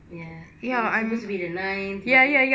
ya it was supposed to be the ninth whatever